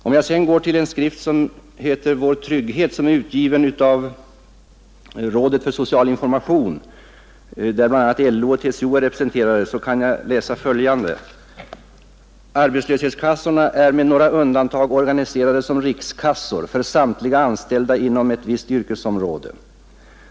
I en skrift som heter Vår trygghet och som är utgiven av Rådet för social information, där bl.a. LO och TCO är representerade, kan man läsa följande: ”Arbetslöshetskassorna är med några undantag organiserade som rikskassor för samtliga anställda inom ett visst yrkesområde.